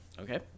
Okay